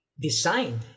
designed